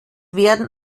werden